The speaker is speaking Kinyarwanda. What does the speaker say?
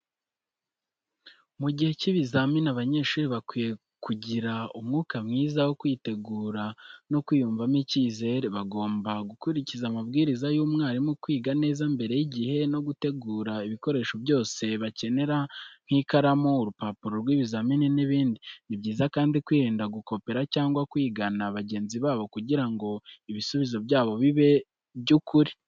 Mu gihe cy’ibizamini, abanyeshuri bakwiye kugira umwuka mwiza wo kwitegura no kwiyumvamo icyizere. Bagomba gukurikiza amabwiriza y’umwarimu, kwiga neza mbere y’igihe, no gutegura ibikoresho byose bakenera nk’ikaramu, urupapuro rw’ibizamini n’ibindi. Ni byiza kandi kwirinda gukopera cyangwa kwigana bagenzi babo kugira ngo ibisubizo byabo bibe iby’ukuri.